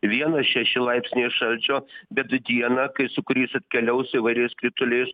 vienas šeši laipsniai šalčio bet dieną kai sūkurys atkeliaus su įvairiais krituliais